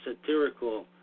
satirical